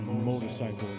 Motorcycles